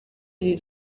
iri